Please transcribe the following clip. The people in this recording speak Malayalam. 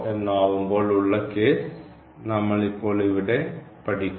എന്നാവുമ്പോൾ ഉള്ള കേസ് നമ്മൾ ഇപ്പോൾ ഇവിടെ പഠിക്കുന്നു